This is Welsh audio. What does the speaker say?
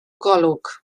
golwg